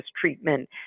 treatment